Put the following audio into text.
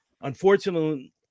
unfortunately